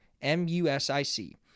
M-U-S-I-C